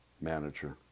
manager